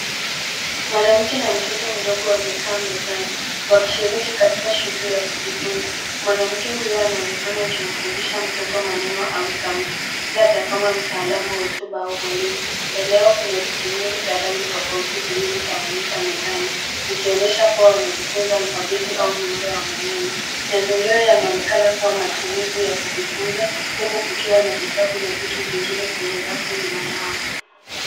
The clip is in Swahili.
Mwanamke na mtoto mdogo wamekaa mezani washiriki katika shughuli ya kujifunza, mwanamke huyo anaonekana akimfundisha mtoto maneno au sauti labda kama mtaalamu wa hotuba au mwalimu. Mbele yao kuna herufi nyingi za rangi tofauti tawanyika mezani zikionyesha wanajifunza sauti au muundo wa maneno. Mazingira yanaonekana kuwa matulivu ya kujifunza huku kukiwa na vitabu na vitu vingine kwenye rafu nyuma yao.